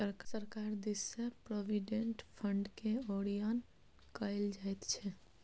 सरकार दिससँ प्रोविडेंट फंडकेँ ओरियान कएल जाइत छै